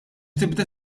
tibda